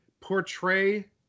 portray